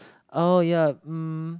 oh ya um